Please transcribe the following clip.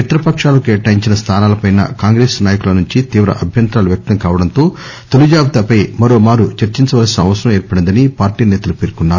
మిత్ర పకాలకు కేటాయించిన స్టానాలపై కాంగ్రెస్ నాయకుల నుంచి తీవ్ర అభ్యంతరాలు వ్యక్తం కావడంతో తొలి జాబితా పై మరోమారు చర్చించవలసిన అవసరం ఏర్పడిందని పార్టీ నేతలు పేర్కొన్నారు